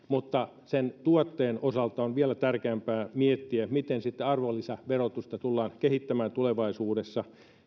mutta sen tuotteen osalta on vielä tärkeämpää miettiä miten sitten arvonlisäverotusta tullaan kehittämään tulevaisuudessa